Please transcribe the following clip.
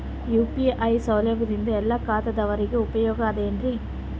UPI ಸೌಲಭ್ಯದಿಂದ ಎಲ್ಲಾ ಖಾತಾದಾವರಿಗ ಉಪಯೋಗ ಅದ ಏನ್ರಿ?